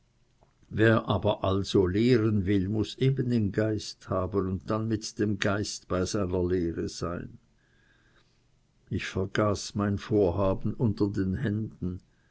wer also lehren will muß eben geist haben und dann mit dem geist bei seiner lehre sein ich vergaß mein vorhaben unter den händen